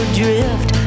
drift